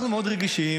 אנחנו מאד רגישים,